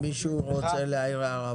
מישהו רוצה להעיר הערה.